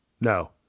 no